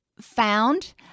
found